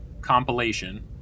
compilation